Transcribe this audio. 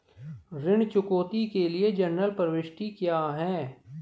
ऋण चुकौती के लिए जनरल प्रविष्टि क्या है?